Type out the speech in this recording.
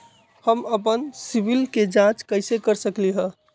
हम अपन सिबिल के जाँच कइसे कर सकली ह?